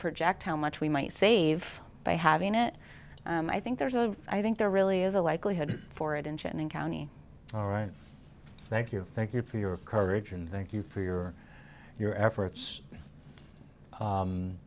project how much we might save by having it i think there's a i think there really is a likelihood for it engine and county all right thank you thank you for your courage and thank you for your your efforts